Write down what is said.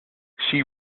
she